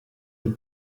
del